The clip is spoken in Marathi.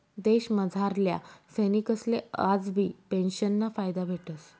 देशमझारल्या सैनिकसले आजबी पेंशनना फायदा भेटस